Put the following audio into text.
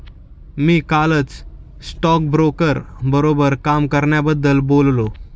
मी कालच स्टॉकब्रोकर बरोबर काम करण्याबद्दल बोललो